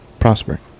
prosper